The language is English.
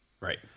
Right